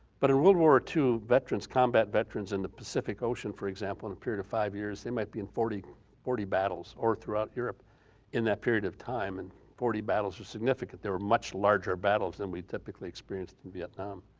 but in world war ah ii veterans combat, veterans in the pacific ocean for example in a period of five years, they might be in forty forty battles all throughout europe in that period of time and forty battles were significant, there were much larger battles than we'd typically experienced in vietnam.